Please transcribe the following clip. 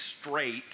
straight